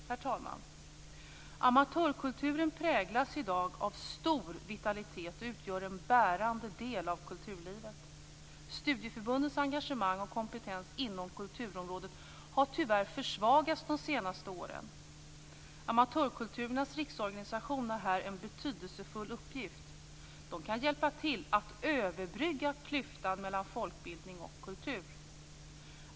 Herr talman! Amatörkulturen präglas i dag av stor vitalitet. Den utgör en bärande del av kulturlivet. Studieförbundens engagemang och kompetens inom kulturområdet har tyvärr försvagats de senaste åren. Amatörkulturernas riksorganisation har här en betydelsefull uppgift. De kan hjälpa till att överbrygga klyftan mellan folkbildning och kultur.